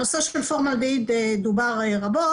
הנושא של פורמלדהיד דובר רבות.